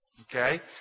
Okay